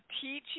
teaching